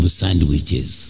sandwiches